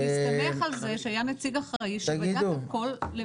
בהסתמך על זה שהיה נציג אחראי שבדק הכול.